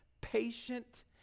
patient